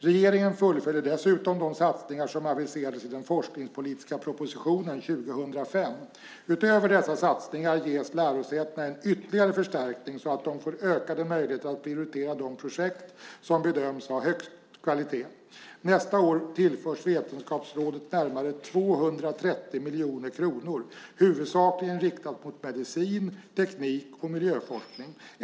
Regeringen fullföljer dessutom de satsningar som aviserades i den forskningspolitiska propositionen 2005. Utöver dessa satsningar ges lärosätena en ytterligare förstärkning så att de får ökade möjligheter att prioritera de projekt som bedöms ha högst kvalitet. Nästa år tillförs Vetenskapsrådet närmare 230 miljoner kronor, huvudsakligen riktat mot medicin, teknik och miljöforskning.